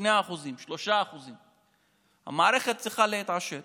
2%, 3%. המערכת צריכה להתעשת